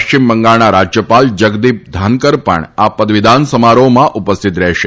પશ્ચિમ બંગાળના રાજ્યપાલ જગદીપ ધાનકર પણ આ પદવીદાન સમારોહમાં ઉપસ્થિત રહેશે